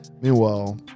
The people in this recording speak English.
Meanwhile